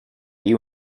you